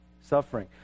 suffering